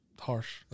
harsh